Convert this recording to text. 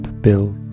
built